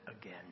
again